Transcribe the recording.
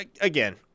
again